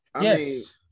Yes